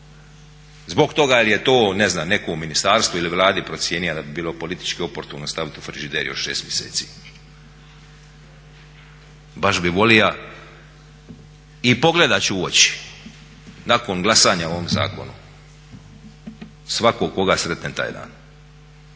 Zbog toga jer je to ne znam netko u ministarstvu ili Vladi procijenio da bi bilo političko oportuno staviti u frižider još 6 mjeseci. Baš bih volio i pogledati ću u oči nakon glasanja o ovom zakonu svakog koga sretnem taj dan.